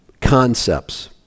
concepts